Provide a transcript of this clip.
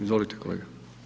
Izvolite kolega.